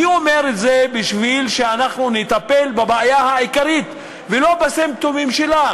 אני אומר את זה כדי שאנחנו נטפל בבעיה העיקרית ולא בסימפטומים שלה,